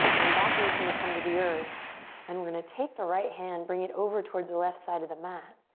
then back knee's gonna come to the earth and we're gonna take the right hand bring it over towards the left side of the mat.